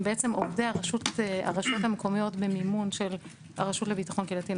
הם בעצם עובדי הרשויות המקומיות במימון של הרשות לביטחון קהילתי,